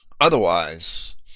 Otherwise